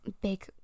big